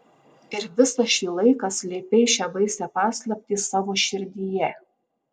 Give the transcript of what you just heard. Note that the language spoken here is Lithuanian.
ir visą šį laiką slėpei šią baisią paslaptį savo širdyje